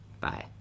Bye